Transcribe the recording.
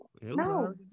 No